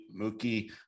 Mookie